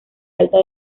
alta